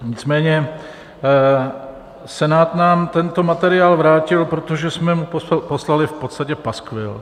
Nicméně Senát nám tento materiál vrátil, protože jsme poslali v podstatě paskvil.